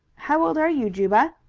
how old are you, juba?